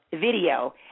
video